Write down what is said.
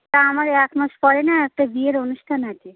তা আমার এক মাস পরে না একটা বিয়ের অনুষ্ঠান আছে